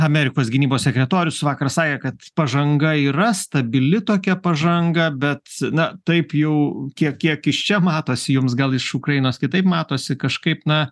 amerikos gynybos sekretorius vakar sakė kad pažanga yra stabili tokia pažanga bet na taip jau kiek kiek iš čia matosi jums gal iš ukrainos kitaip matosi kažkaip na